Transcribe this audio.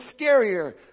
scarier